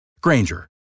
Granger